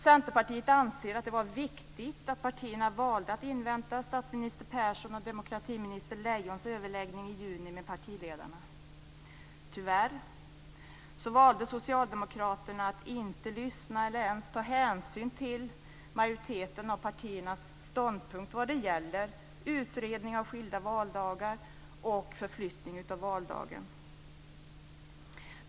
Centerpartiet anser att det var viktigt att partierna valde att invänta statsminister Persson och demokratiminister Lejons överläggning i juni med partiledarna. Tyvärr valde socialdemokraterna att inte lyssna eller ens ta hänsyn till majoriteten av partiernas ståndpunkt vad gäller utredning om skilda valdagar och förflyttning av valdagen.